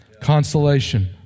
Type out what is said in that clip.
Consolation